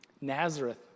Nazareth